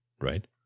right